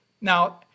Now